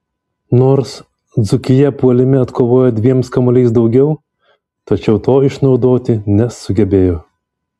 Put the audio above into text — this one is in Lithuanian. nors dzūkija puolime atkovojo dviems kamuoliais daugiau tačiau to išnaudoti nesugebėjo